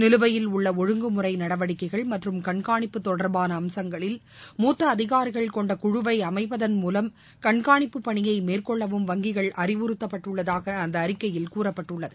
நிலுவையில் உள்ள ஒழுங்குமுறை நடவடிக்கைகள் மற்றும் கண்காணிப்பு தொடர்பான அம்சங்களில் மூத்த அதிகாரிகள் கொண்ட குழுவை அமைப்பதன் மூலம் கண்காணிப்பு பணியை மேற்கொள்ளவும் வங்கிகள் அறிவுறுத்தப்பட்டுள்ளதாக அந்த அறிக்கையில் கூறப்பட்டுள்ளது